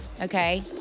okay